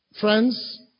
Friends